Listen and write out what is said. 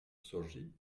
sorgí